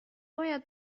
باید